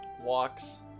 walks